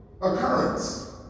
occurrence